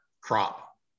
crop